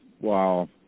wow